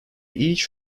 each